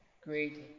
great